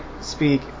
speak